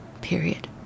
period